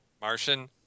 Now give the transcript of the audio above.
Martian